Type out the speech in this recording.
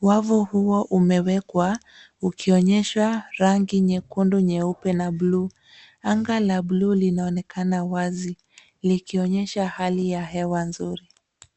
Wavu huo umewekwa ukionyeshwa rangi nyekundu, nyeupe na bluu . Anga la bluu linaonekana wazi likionyesha hali ya hewa nzuri.